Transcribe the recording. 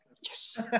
yes